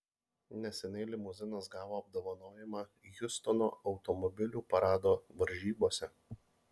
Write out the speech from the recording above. neseniai limuzinas gavo apdovanojimą hjustono automobilių parado varžybose